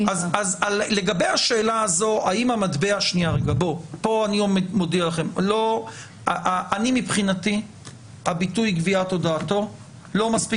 לגבי השאלה הזאת אני מודיע לכם שמבחינתי הביטוי גביית הודעתו לא מספיק